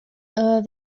they